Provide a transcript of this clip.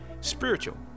spiritual